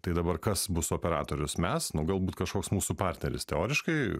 tai dabar kas bus operatorius mes nu galbūt kažkoks mūsų partneris teoriškai